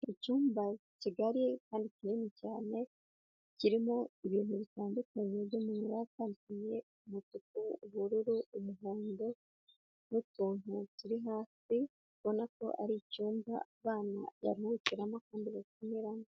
Icyumba kigali kandi kinini cyane kirimo ibintu bitandukanye byo mu mabara atanduye umutuku, ubururu, umuhondo n'utuntu turi hasi ubona ko ari icyumba abana baruhukiramo kandi bakiniramo.